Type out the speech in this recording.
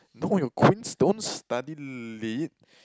no your queens don't study lit